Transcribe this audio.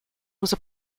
was